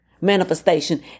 manifestation